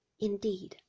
Indeed